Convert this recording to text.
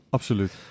Absoluut